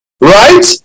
right